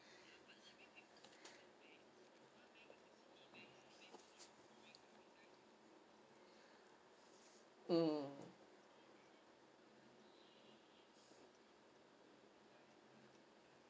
mm